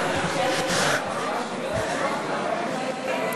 אני עונה למאיר כהן.